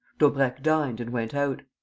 daubrecq dined and went out.